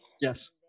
Yes